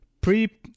Pre